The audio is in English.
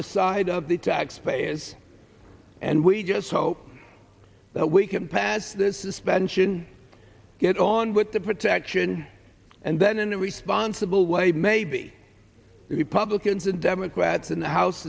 the side of the taxpayers and we just hope that we can pass this is spend june get on with the protection and then in a responsible way maybe republicans and democrats in the house